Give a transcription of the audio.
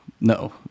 No